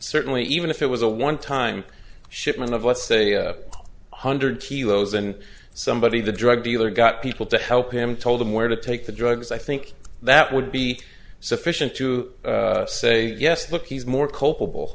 certainly even if it was a one time shipment of let's say one hundred kilos and somebody the drug dealer got people to help him and told him where to take the drugs i think that would be sufficient to say yes look he's more culpable